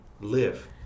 live